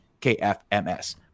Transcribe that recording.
KFMS